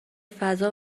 فضا